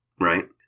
right